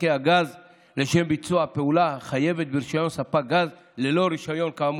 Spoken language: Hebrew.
ספקי הגז לשם ביצוע פעולה החייבת ברישיון ספק גז ללא רישיון כאמור.